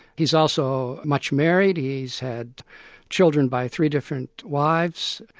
he's also much married he's had children by three different wives,